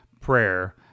prayer—